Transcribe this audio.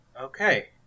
Okay